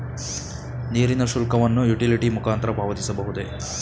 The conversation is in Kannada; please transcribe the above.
ನೀರಿನ ಶುಲ್ಕವನ್ನು ಯುಟಿಲಿಟಿ ಮುಖಾಂತರ ಪಾವತಿಸಬಹುದೇ?